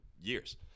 years